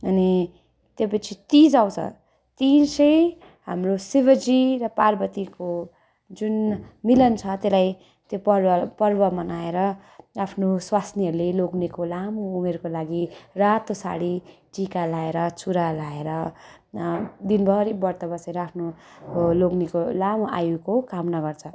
अनि त्योपछि तिज आउँछ तिज चाहिँ हाम्रो शिवजी र पारवतीको जुन मिलन छ त्लायसलाई त्यो पर्व पर्व मनाएर आफ्नो स्वास्नीहरूले लोग्नेको लामो उमेरको लागि रातो साडी टिका लाएर चुरा लाएर दिनभरि व्रत बसेर आफ्नो लोग्नेको लामो आयुको कामना गर्छ